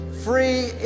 free